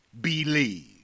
believe